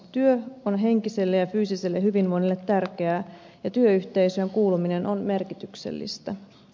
työ on henkiselle ja fyysiselle hyvinvoinnille tärkeää ja työyhteisöön kuuluminen on merkityksellistä